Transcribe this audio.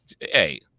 hey